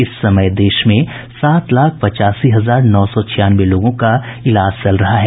इस समय देश में सात लाख पचासी हजार नौ सौ छियानवे लोगों का इलाज चल रहा है